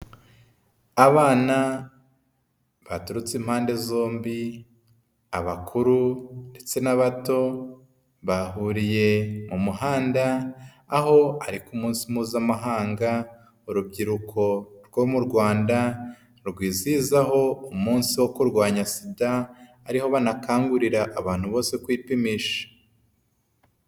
Abana baturutse impande zombi abakuru ndetse n'abato bahuriye mu muhanda aho ari ku munsi mpuzamahanga, urubyiruko rwo mu Rwanda rwizihizaho umunsi wo kurwanya SIDA, ariho banakangurira abantu bose kwipimisha.